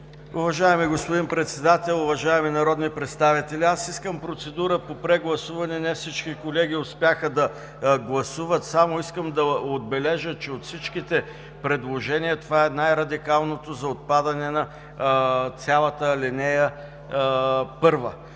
Уважаеми господин Председател, уважаеми народни представители! Искам процедура по прегласуване – не всички колеги успяха да гласуват. Само искам да отбележа, че от всички предложения това е най-радикалното за отпадане на цялата ал. 1.